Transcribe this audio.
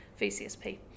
VCSP